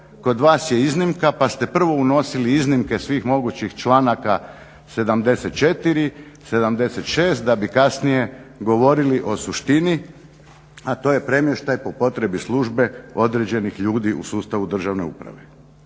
kod vas je iznimka pa ste prvo unosili iznimke svih mogućih članaka 74., 76.da bi kasnije govorili o suštini a to je premještaj po potrebi službe određenih ljudi u sustavu državne uprave.